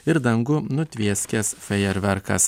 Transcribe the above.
ir dangų nutvieskęs fejerverkas